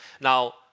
Now